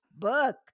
book